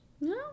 No